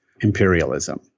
imperialism